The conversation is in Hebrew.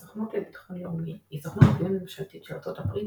הסוכנות לביטחון לאומי היא סוכנות ביון ממשלתית של ארצות הברית,